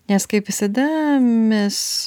nes kaip visada mes